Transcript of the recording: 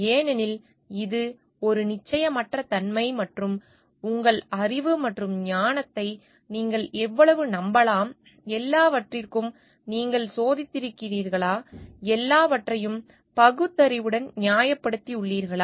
ஏனெனில் இது ஒரு நிச்சயமற்ற தன்மை மற்றும் உங்கள் அறிவு மற்றும் ஞானத்தை நீங்கள் எவ்வளவு நம்பலாம் எல்லாவற்றிற்கும் நீங்கள் சோதித்திருக்கிறீர்களா எல்லாவற்றையும் பகுத்தறிவுடன் நியாயப்படுத்தியுள்ளீர்களா